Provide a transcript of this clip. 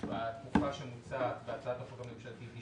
התקופה שמוצעת בהצעת החוק הממשלתית היא